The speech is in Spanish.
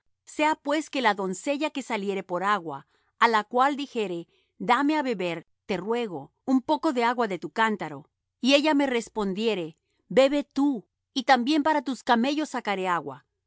sea pues que la doncella que saliere por agua á la cual dijere dame á beber te ruego un poco de agua de tu cántaro y ella me respondiere bebe tú y también para tus camellos sacaré agua